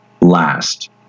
last